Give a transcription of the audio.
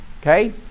Okay